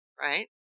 right